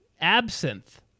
Absinthe